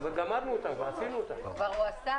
כמו שהיושב-ראש